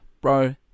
bro